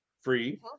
free